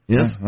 Yes